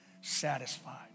satisfied